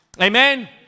Amen